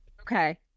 Okay